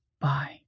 Bye